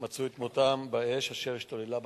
מצאו את מותם באש אשר השתוללה בכרמל.